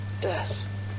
death